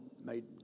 made